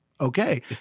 okay